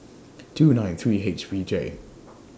two nine three H V J